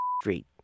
Street